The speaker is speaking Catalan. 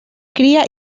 cria